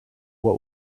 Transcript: what